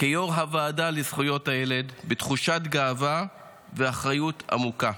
כיו"ר הוועדה לזכויות הילד בתחושת גאווה ואחריות עמוקה.